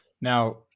Now